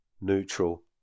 neutral